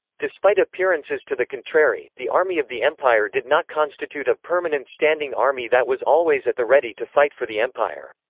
despite appearances to the contrary, the army of the empire did not constitute a permanent standing army that was always at the ready to fight for the empire.